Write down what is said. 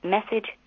Message